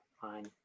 fine